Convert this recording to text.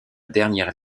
dernière